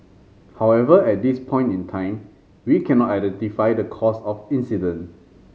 however at this point in time we cannot identify the cause of incident